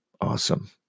awesome